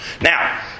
Now